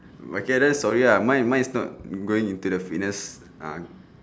okay then sorry uh mine mine is not going into the fitness ah